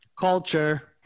Culture